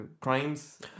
crimes